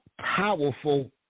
powerful